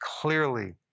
clearly